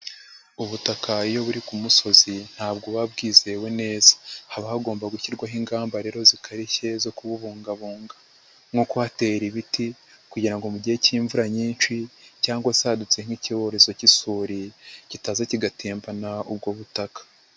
Ubutaka iyo buri ku musozi ntabwo buba bwizewe neza, haba hagomba gushyirwaho ingamba rero zikarishye zo kububungabunga nko kuhatera ibiti kugira ngo mu gihe cy'imvura nyinshi cyangwa se hadutse nk'icyorezo cy'isuri, kitaza kigatembana ubwo butaka.